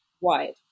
wide